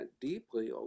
deeply